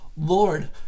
Lord